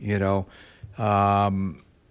you know